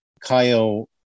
Kyle